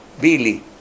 Billy